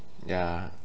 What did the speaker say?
ya